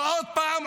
ועוד פעם,